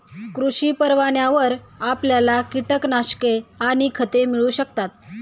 कृषी परवान्यावर आपल्याला कीटकनाशके आणि खते मिळू शकतात